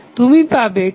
তুমি পাবে 25i4